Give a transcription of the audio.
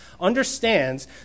understands